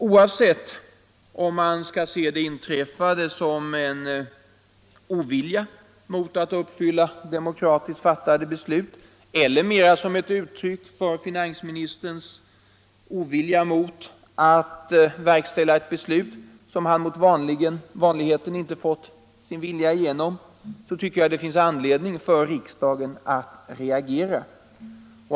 Oavsett om man skall se det inträffade som en ovilja — tjänsteutövning mot att uppfylla demokratiskt fattade beslut eller mera som ett uttryck m.m. för finansministerns ovilja mot att verkställa ett beslut, där han mot vanligheten inte fått sin vilja igenom, så tycker jag det finns anledning En parlamentarisk för riksdagen att reagera.